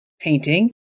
painting